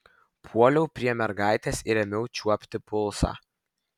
puoliau prie mergaitės ir ėmiau čiuopti pulsą